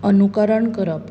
अनुकरण करप